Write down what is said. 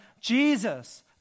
Jesus